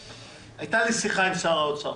הייתה לי שיחה עם שר האוצר,